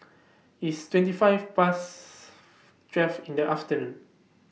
its twenty five Past twelve in The afternoon